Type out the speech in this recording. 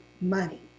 money